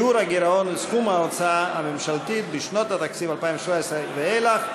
(שיעור הגירעון וסכום ההוצאה הממשלתית בשנות התקציב 2017 ואילך),